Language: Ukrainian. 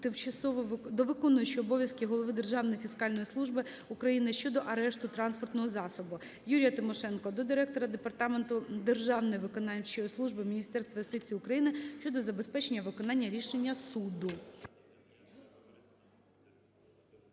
до виконуючого обов'язки голови Державної фіскальної служби України щодо арешту транспортного засобу. Юрія Тимошенка до директора Департаменту державної виконавчої служби Міністерства юстиції України щодо забезпечення виконання рішення суду.